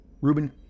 Ruben